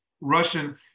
Russian